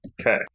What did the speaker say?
Okay